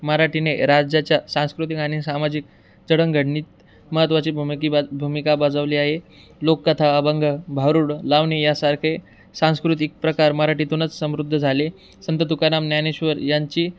मराठीने राज्याच्या सांस्कृतिक आणि सामाजिक जडणघडणीत महत्त्वाची भूमिकी बा भूमिका बजावली आहे लोककथा अभंग भाारुड लावणी यासारखे सांस्कृतिक प्रकार मराठीतूनच समृद्ध झाले संत तुकाराम ज्ञानेश्वर यांची